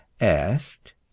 Asked